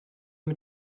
mit